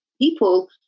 people